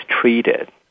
treated